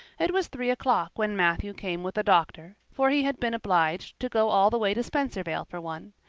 it was three o'clock when matthew came with a doctor, for he had been obliged to go all the way to spencervale for one.